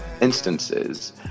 instances